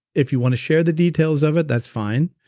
if you want to share the details of it that's fine.